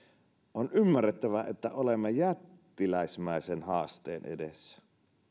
on ymmärrettävä että olemme jättiläismäisen haasteen edessä